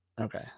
Okay